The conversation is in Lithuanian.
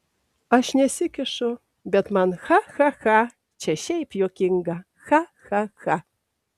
aš nesikišu bet man cha cha cha čia šiaip juokinga cha cha cha